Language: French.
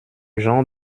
genre